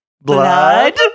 Blood